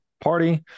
Party